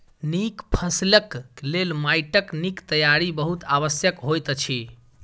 नीक फसिलक लेल माइटक नीक तैयारी बहुत आवश्यक होइत अछि